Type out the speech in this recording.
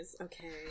Okay